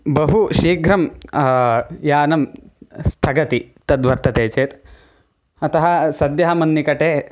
बहु शीघ्रं यानं स्थगति तद्वर्तते चेत् अतः सद्यः मन्निकटे